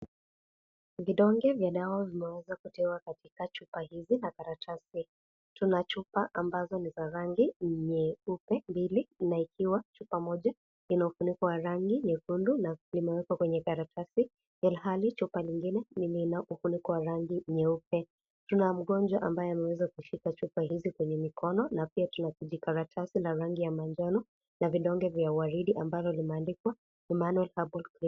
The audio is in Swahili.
Vidonhe vya dawa vimewezakutiwa katika chupa hizi na karatasi, tuna chupa ambazo ni za rangi ya nyeupe mbili, chupa moja ina ufuniko wa rangi nyekundu na umewekwa kwenye karatasi ihali chupa nyingine ni yenye ufuniko wa rangi nyeupe ,tuna mgonjwa ambaye ameweza kushika chupa hizi kwenye mikono na pia kuna kijikaratasi la rangi ya manjano na vidonge vya white ambavyo vimeandikwa emmanual herbal clinic.